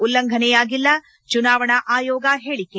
ಉಲ್ಲಂಘನೆಯಾಗಿಲ್ಲ ಚುನಾವಣಾ ಆಯೋಗ ಹೇಳೆ